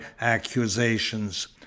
accusations